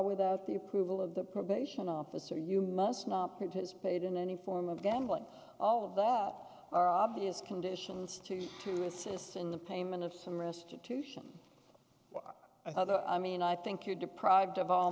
without the approval of the probation officer you must not participate in any form of gambling all of them are obvious conditions to you to assist in the payment of some restitution i mean i think you're deprived of all